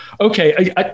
okay